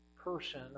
person